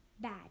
bad